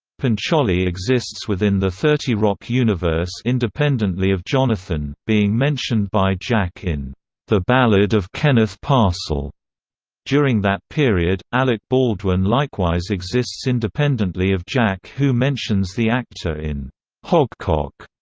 pancholy exists within the thirty rock universe independently of jonathan, being mentioned by jack in the ballad of kenneth parcell during that period alec baldwin likewise exists independently of jack who mentions the actor in hogcock.